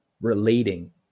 relating